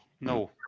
No